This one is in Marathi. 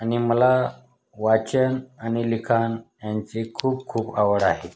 आणि मला वाचन आणि लिखाण यांची खूप खूप आवड आहे